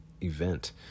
event